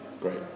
great